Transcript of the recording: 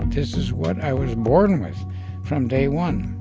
this is what i was born with from day one